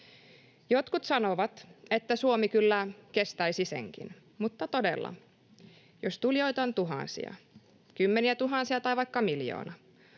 Jotkut sanovat, että Suomi kyllä kestäisi senkin, mutta todella, jos tulijoita on tuhansia, kymmeniätuhansia tai vaikka miljoona,